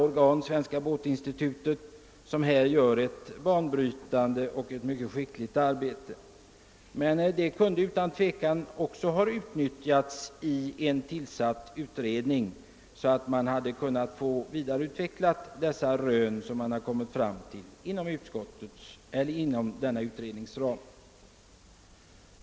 Organet Svenska båtinstitutet gör härvidlag ett banbrytande och mycket skickligt arbete. Detta skulle emellertid utan tvivel ha kunnat utnyttjas av och ligga till grund för en utredning.